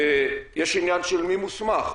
יש עניין של מי מוסמך,